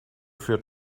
führt